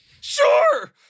Sure